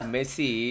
Messi